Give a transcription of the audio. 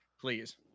Please